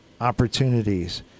opportunities